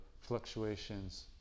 fluctuations